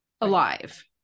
alive